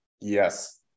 Yes